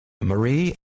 Marie